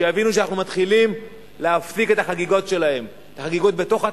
שיבינו שאנחנו מתחילים להפסיק את החגיגות שלהם: את החגיגות בתוך התאים,